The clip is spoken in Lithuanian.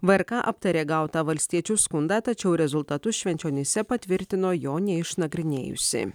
vrk aptarė gautą valstiečių skundą tačiau rezultatus švenčionyse patvirtino jo neišnagrinėjusi